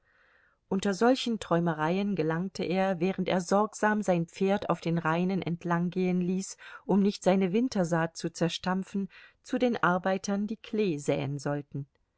unter solchen träumereien gelangte er während er sorgsam sein pferd auf den rainen entlanggehen ließ um nicht seine wintersaat zu zerstampfen zu den arbeitern die klee säen sollten